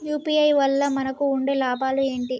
UPI వల్ల మనకు ఉండే లాభాలు ఏంటి?